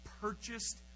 purchased